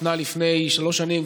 שניתנה לפני שלוש שנים,